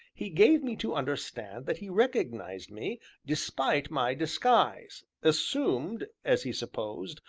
he gave me to understand that he recognized me despite my disguise, assumed, as he supposed,